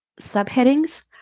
subheadings